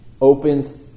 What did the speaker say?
opens